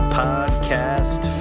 podcast